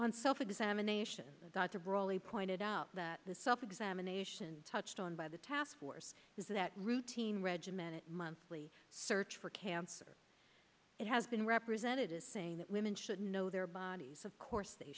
on self examination dr brawley pointed out that the self examination touched on by the task force is that routine regimented monthly search for cancer it has been represented as saying that women should know their bodies of course they